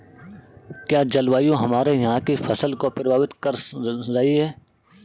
क्या जलवायु हमारे यहाँ की फसल को प्रभावित कर रही है?